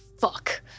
fuck